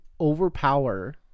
overpower